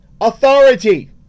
authority